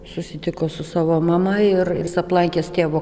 susitiko su savo mama ir jis aplankęs tėvo